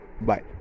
bye